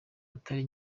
utari